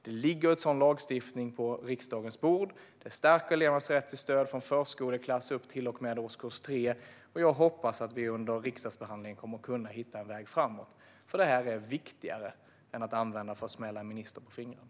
Det ligger en sådan lagstiftning på riksdagens bord som stärker elevernas rätt till stöd från förskoleklass till och med årskurs 3. Jag hoppas att vi under riksdagsbehandlingen kommer att kunna hitta en väg framåt. Det här är viktigare än att använda för att smälla en minister på fingrarna.